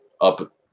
up